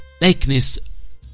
likeness